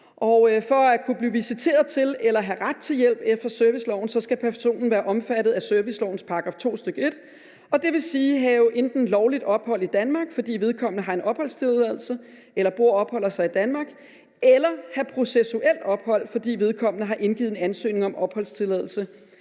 For at kunne blive visiteret til eller have ret til hjælp efter serviceloven skal personen være omfattet af servicelovens § 2, stk. 1, det vil sige enten have lovligt ophold i Danmark, fordi vedkommende har en opholdstilladelse eller bor og opholder sig i Danmark, eller have processuelt ophold, fordi vedkommende har indgivet en ansøgning om opholdstilladelse,